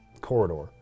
corridor